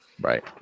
Right